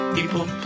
People